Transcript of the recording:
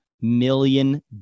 million